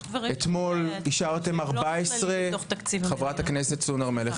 יש דברים שהם לא בתקציב המדינה.